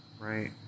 right